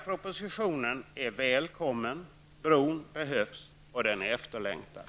Propositionen är välkommen. Bron behövs, och den är efterlängtad.